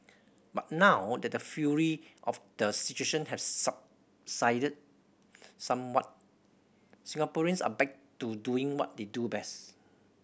but now that the fury of the situation have subsided somewhat Singaporeans are back to doing what they do best